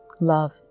Love